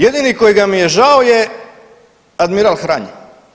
Jedini kojega mi je žao je admiral Hranj.